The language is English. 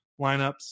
lineups